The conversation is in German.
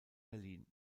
berlin